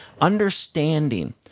understanding